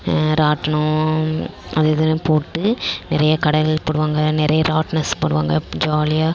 ராட்டினம் அது இதுன்னு போட்டு நிறைய கடைகள் போடுவாங்க நிறைய ராட்டினம் பண்ணுவாங்க ஜாலியாக